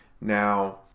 Now